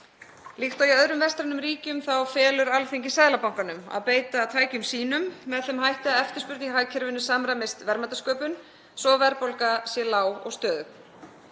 Líkt og í öðrum vestrænum ríkjum felur Alþingi Seðlabankanum að beita tækjum sínum með þeim hætti að eftirspurn í hagkerfinu samræmist verðmætasköpun svo að verðbólga sé lág og stöðug.